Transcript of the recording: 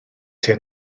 tua